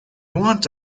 want